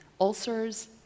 ulcers